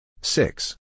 Six